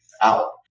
out